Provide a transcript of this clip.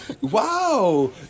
wow